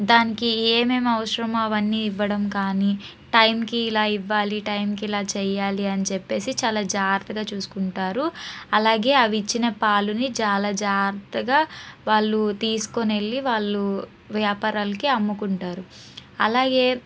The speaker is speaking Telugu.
దానికి ఏమేమి అవసరమో అవన్నీ ఇవ్వడం కానీ టైంకి ఇలా ఇవ్వాలి టైంకి ఇలా చెయ్యాలి అనిచెప్పేసి చాలా జాగ్రత్తగా చూసుకుంటారు అలాగే అవి ఇచ్చిన పాలని చాలా జాగ్రత్తగా వాళ్ళు తీసుకోని వెళ్ళి వాళ్ళు వ్యాపారాలకు అమ్ముకుంటారు అలాగే